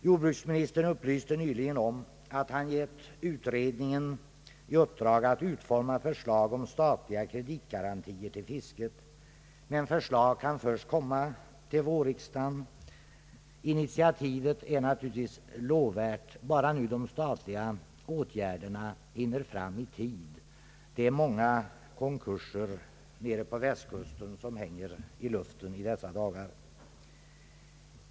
Jordbruksministern upplyste nyligen om att han gett utredningen i uppdrag att utforma förslag till statliga kreditgarantier för fisket. Men förslag kan först komma till vårriksdagen. Initiativet är naturligtvis lovvärt, bara nu de statliga åtgärderna hinner fram i tid. Många konkurser hänger i luften på Västkusten i dessa dagar.